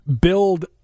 build